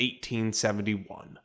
1871